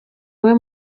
iwe